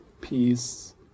peace